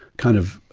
kind of,